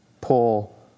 pull